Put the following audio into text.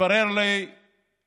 התברר לי שלא,